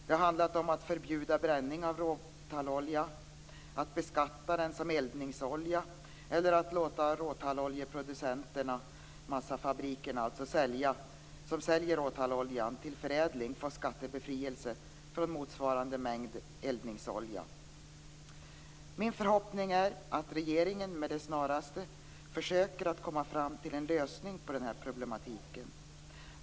Det har handlat om att förbjuda bränning av råtallolja, att beskatta den som eldningsolja eller att låta råtalloljeproducenterna, dvs. massafabrikerna som säljer råtalloljan till förädling, få skattebefrielse för motsvarande mängd eldningsolja. Min förhoppning är att regeringen med det snaraste försöker att komma fram till en lösning på den här problematiken.